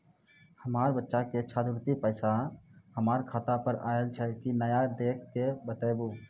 हमार बच्चा के छात्रवृत्ति वाला पैसा हमर खाता पर आयल छै कि नैय देख के बताबू?